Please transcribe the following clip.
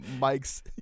Mike's